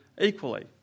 equally